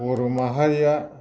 बर' माहारिया